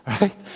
Right